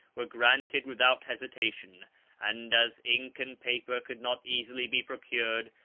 were granted without hesitation and as ink and paper could not easily be procured,